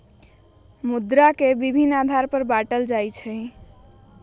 मुद्रा के विभिन्न आधार पर बाटल जाइ छइ